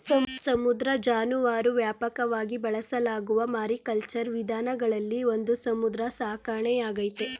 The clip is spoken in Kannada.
ಸಮುದ್ರ ಜಾನುವಾರು ವ್ಯಾಪಕವಾಗಿ ಬಳಸಲಾಗುವ ಮಾರಿಕಲ್ಚರ್ ವಿಧಾನಗಳಲ್ಲಿ ಒಂದು ಸಮುದ್ರ ಸಾಕಣೆಯಾಗೈತೆ